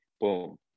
boom